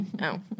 No